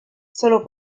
solo